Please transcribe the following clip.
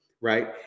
right